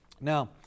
Now